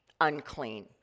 unclean